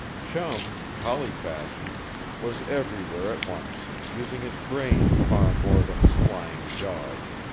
chum collie-fashion was everywhere at once, using his brain far more than his flying jaws.